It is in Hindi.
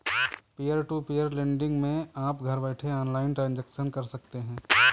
पियर टू पियर लेंड़िग मै आप घर बैठे ऑनलाइन ट्रांजेक्शन कर सकते है